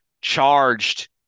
charged